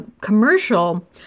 commercial